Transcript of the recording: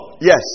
Yes